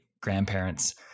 grandparents